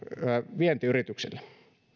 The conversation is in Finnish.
vientiyrityksillemme